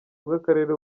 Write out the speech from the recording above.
bw’akarere